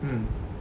mm